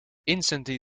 instantly